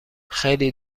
خیلی